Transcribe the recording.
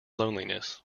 loneliness